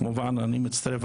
אני כמובן מצטרף,